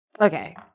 Okay